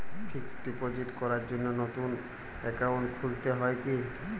Fix deposit করার জন্য নতুন অ্যাকাউন্ট খুলতে হয় কী?